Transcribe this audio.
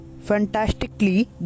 Fantastically